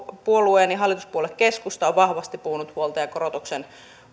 puolueeni hallituspuolue keskusta on vahvasti puhunut huoltajakorotuksen